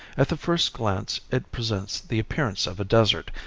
at the first glance it presents the appearance of a desert,